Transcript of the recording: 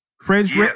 French